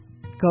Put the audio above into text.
go